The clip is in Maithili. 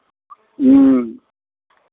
ह्म्म